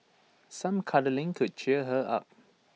some cuddling could cheer her up